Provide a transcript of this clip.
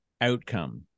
outcome